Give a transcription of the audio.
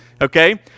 okay